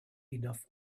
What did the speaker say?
enough